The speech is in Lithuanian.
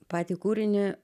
patį kūrinį